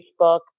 Facebook